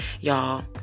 y'all